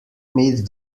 meet